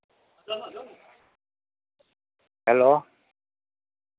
hello